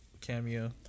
cameo